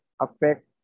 affect